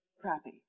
crappy